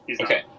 Okay